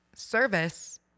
Service